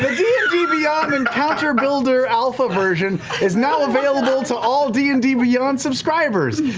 d beyond encounter builder alpha version is now available to all d and d beyond subscribers.